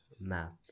map